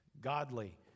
godly